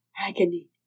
Agony